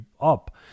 up